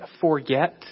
forget